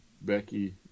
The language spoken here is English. Becky